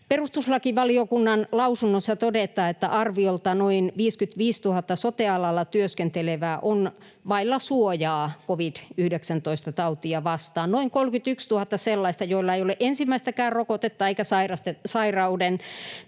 Perustuslakivaliokunnan lausunnossa todetaan, että arviolta noin 55 000 sote-alalla työskentelevää on vailla suojaa covid-19-tautia vastaan — noin 31 000 sellaista, joilla ei ole ensimmäistäkään rokotetta eikä sairastetun